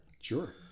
Sure